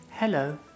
hello